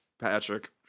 Patrick